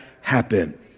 happen